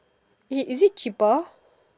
it is it cheaper